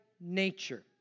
nature